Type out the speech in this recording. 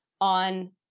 on